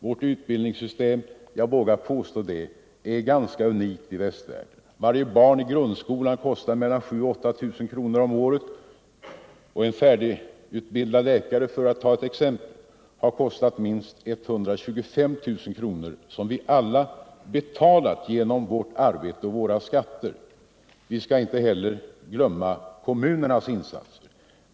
Jag vågar påstå att vårt utbildningssystem är ganska unikt i Västvärlden. Varje barn i grundskolan kostar mellan 7 000 och 8 000 kronor om året, och en färdigutbildad läkare, för att ta ett exempel, har kostat minst 125 000 kronor, som vi alla betalat genom vårt arbete och våra skatter. Vi skall inte heller glömma kommunernas insatser.